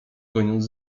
goniąc